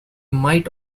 might